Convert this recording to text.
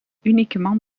uniquement